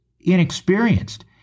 inexperienced